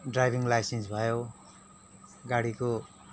driving license भयो गाडीको